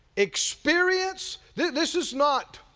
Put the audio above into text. experience, this is not